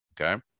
Okay